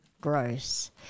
gross